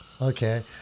okay